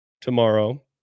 tomorrow